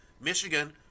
Michigan